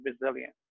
resilient